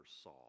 saw